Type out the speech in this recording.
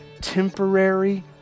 temporary